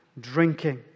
drinking